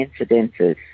incidences